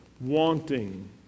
wanting